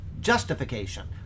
justification